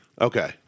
Okay